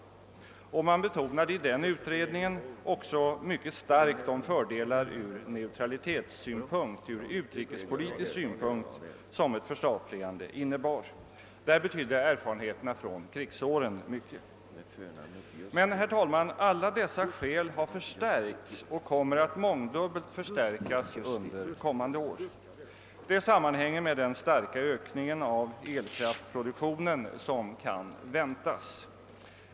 Utredningen betonade också mycket starkt de fördelar ur utrikespolitisk synpunkt som ett förstatligande skulle innebära. Där betyder erfarenheterna från krigsåren mycket. Men, herr talman, alla dessa skäl har förstärkts och skall förstärkas mångdubbelt under kommande år. Det sammanhänger med den starka ökning av elkraftproduktionen som kan väntas.